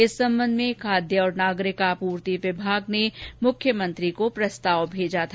इस सम्बन्ध में खाद्य और नागरिक आपूर्ति विभाग ने मुख्यमंत्री को प्रस्ताव भेजा था